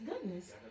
goodness